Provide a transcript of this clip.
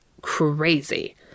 crazy